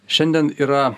šiandien yra